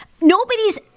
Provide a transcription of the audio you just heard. nobody's